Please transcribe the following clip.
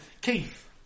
Keith